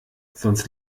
sonst